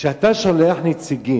כשאתה שולח נציגים,